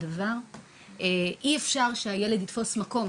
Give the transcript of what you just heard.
שאי אפשר שהילד יתפוס מקום